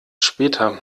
später